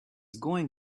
going